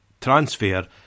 transfer